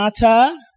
matter